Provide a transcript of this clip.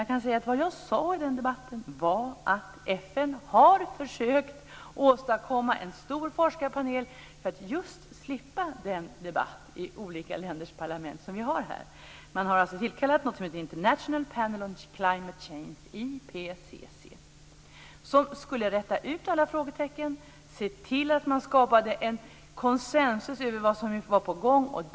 Jag kan säga att vad jag sade i den debatten var att FN har försökt åstadkomma en stor forskarpanel för att just slippa den debatt i olika länders parlament som vi har här. Man har tillkallat någonting som kallas International Panel on Climate Changes, IPCC, som skulle räta ut alla frågetecken, se till att skapa en konsensus över vad som var på gång.